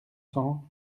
cent